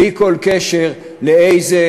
בלי כל קשר לאיזה